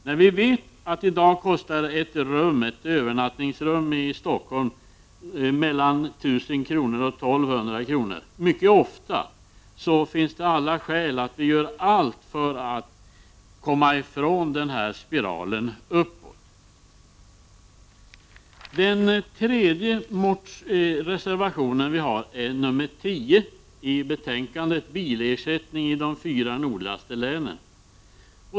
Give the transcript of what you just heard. När vi vet att det i dag ofta kostar 1000 kr.—1 200 kr. för ett övernattningsrum i Stockholm finns det starka skäl för att vi gör allt för att komma ifrån den här uppåtgående spiralen. Den tredje reservationen, nr 10, handlar om bilersättning i de fyra nordligaste länen.